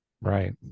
Right